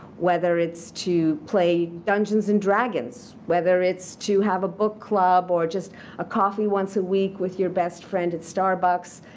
whether it's to play dungeons and dragons, whether it's to have a book club or just a coffee once a week with your best friend at starbucks.